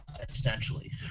essentially